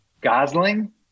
Gosling